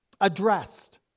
addressed